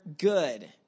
good